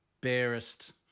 barest